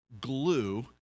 glue